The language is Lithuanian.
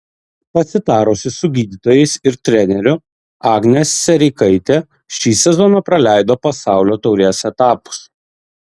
pasitarusi su gydytojais ir treneriu agnė sereikaitė šį sezoną praleido pasaulio taurės etapus